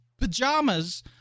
pajamas